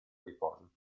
riposo